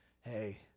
hey